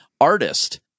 artist